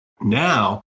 Now